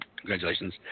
Congratulations